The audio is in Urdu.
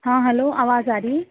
ہاں ہلو آواز آ رہی